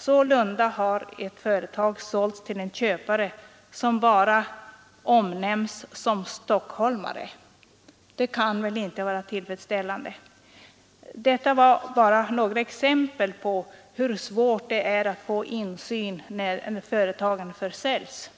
Sålunda har ett företag sålts till en köpare, som bara omnämns som ”stockholmare”. Det kan väl inte vara tillfredsställande. Det var bara några exempel på hur svårt det är att få insyn när företagen försäljs.